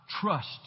trust